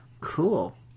cool